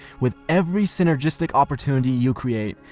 with every synergistic opportunity you create,